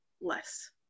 less